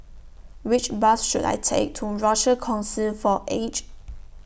Which Bus should I Take to Rochor Kongsi For The Aged